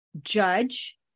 judge